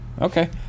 Okay